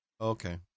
Okay